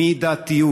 מידתיות.